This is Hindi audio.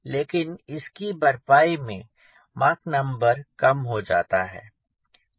लेकिन इसकी भरपाई में मॉक नंबर कम हो जाता है